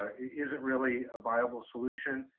ah isn't really a viable solution.